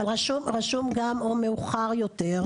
אבל רשום גם או מאוחר יותר,